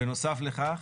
בנוסף לכך,